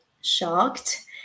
shocked